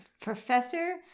Professor